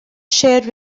shared